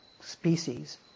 species